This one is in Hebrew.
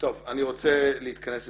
אני רוצה להתכנס לסיכום.